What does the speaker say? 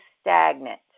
stagnant